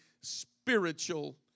spiritual